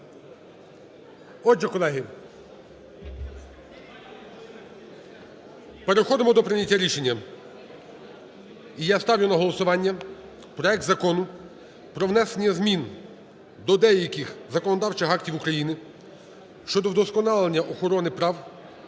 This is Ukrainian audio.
Отже, колеги, переходимо до прийняття рішення. І я ставлю на голосування проект Закону про внесення змін до деяких законодавчих актів України щодо вдосконалення охорони прав